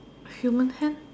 a human hand